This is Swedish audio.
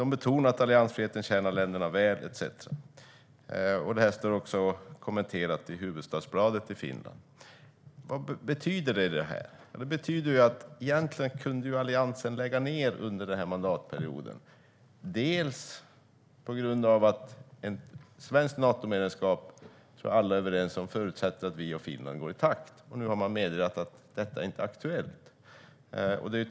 De betonar att alliansfriheten tjänar länderna väl etcetera. Det står också kommenterat i Hufvudstadsbladet i Finland. Vad betyder detta? Det betyder att Alliansen egentligen kan lägga ned under mandatperioden. Jag tror att alla är överens om att ett svenskt Natomedlemskap förutsätter att Sverige och Finland går i takt. Nu har man meddelat att detta inte är aktuellt.